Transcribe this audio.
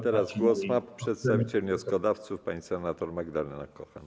Teraz głos ma przedstawiciel wnioskodawców pani senator Magdalena Maria Kochan.